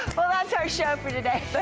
well that's our show for today.